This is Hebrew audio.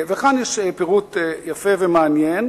וכאן יש פירוט יפה ומעניין.